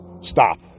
stop